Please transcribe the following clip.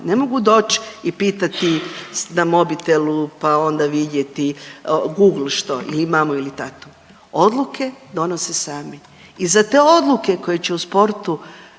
Ne mogu doći i pitati na mobitelu pa onda vidjeti Google što ili mamu ili tatu, odluke donose sami. I za te odluke koje će u sportu